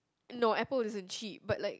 no Apple isn't cheap but like